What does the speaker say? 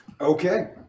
Okay